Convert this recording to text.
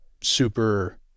super